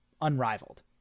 unrivaled